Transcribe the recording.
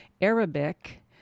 Arabic